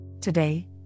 Today